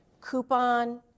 coupon